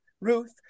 Ruth